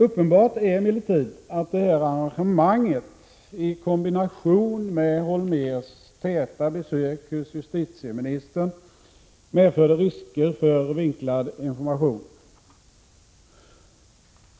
Uppenbart är emellertid att detta arrangemang i kombination med länspolismästare Holmérs täta besök hos justitieministern medförde risker för vinklad information.